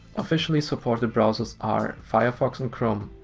officially supported browsers are firefox and chrome.